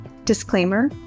Disclaimer